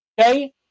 okay